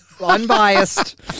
unbiased